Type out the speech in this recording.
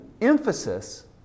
emphasis